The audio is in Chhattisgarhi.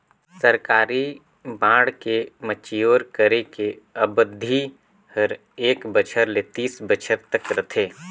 सरकारी बांड के मैच्योर करे के अबधि हर एक बछर ले तीस बछर तक रथे